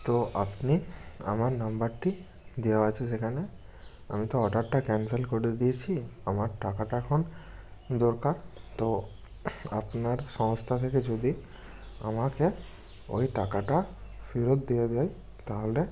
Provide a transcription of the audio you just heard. তো আপনি আমার নাম্বারটি দেওয়া আছে সেখানে আমি তো অর্ডারটা ক্যানসেল করে দিয়েছি আমার টাকাটা এখন দরকার তো আপনার সংস্থা থেকে যদি আমাকে ওই টাকাটা ফেরত দিয়ে দেয় তাহলে